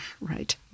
Right